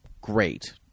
great